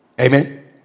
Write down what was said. amen